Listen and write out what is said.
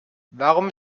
warum